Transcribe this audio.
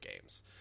games